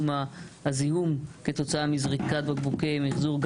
הזיהום כתוצאה מזריקת בקבוקי מחזור,